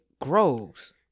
grows